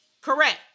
Correct